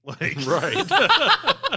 Right